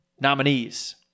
nominees